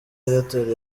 airtel